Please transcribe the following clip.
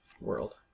world